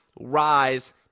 Rise